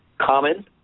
Common